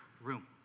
room